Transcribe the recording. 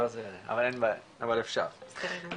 אבל אפשר,